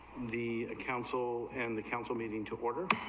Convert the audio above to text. the council and the council meeting to order